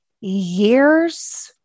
years